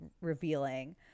revealing